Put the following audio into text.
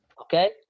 okay